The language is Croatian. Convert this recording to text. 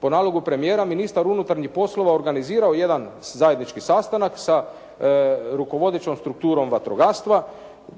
po nalogu premijera ministar unutarnjih poslova organizirao jedan zajednički sastanak sa rukovodećom strukturom vatrogastva